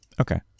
Okay